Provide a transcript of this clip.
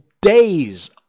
days